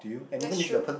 that's true